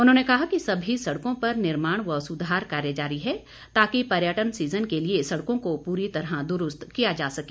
उन्होंने कहा कि सभी सड़कों पर निर्माण व सुधार कार्य जारी है ताकि पर्यटन सीजन के लिए सड़कों को पूरी तरह द्रुस्त किया जा सके